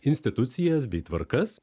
institucijas bei tvarkas